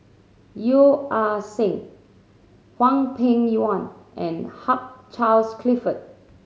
Yeo Ah Seng Hwang Peng Yuan and Hugh Charles Clifford